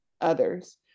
others